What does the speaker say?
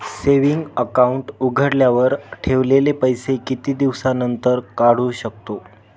Saving account उघडल्यावर ठेवलेले पैसे किती दिवसानंतर काढू शकतो?